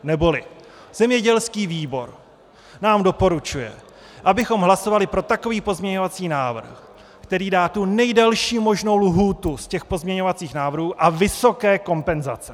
Neboli zemědělský výbor nám doporučuje, abychom hlasovali pro takový pozměňovací návrh, který dá tu nejdelší možnou lhůtu z těch pozměňovacích návrhů a vysoké kompenzace.